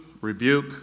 rebuke